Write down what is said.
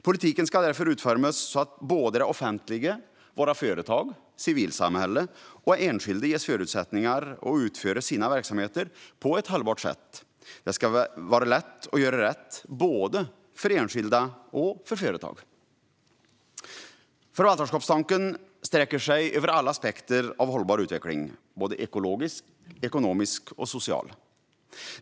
Politiken ska därför utformas så att det offentliga, våra företag, civilsamhället och enskilda ges förutsättningar att utföra sina verksamheter på ett hållbart sätt. Det ska vara lätt att göra rätt både för enskilda och för företag. Förvaltarskapstanken sträcker sig över alla aspekter av hållbar utveckling: ekologisk, ekonomisk och social.